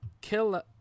Kill